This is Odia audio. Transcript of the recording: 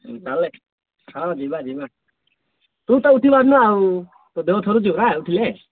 ତା'ପରେ ହଁ ଯିବା ଯିବା ତୁ ତ ଉଠିପାରୁନୁ ଆଉ ତୋ ଦେହ ଥରୁଛି ପରା ଉଠିଲେ